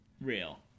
real